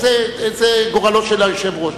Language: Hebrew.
זה גורלו של היושב-ראש,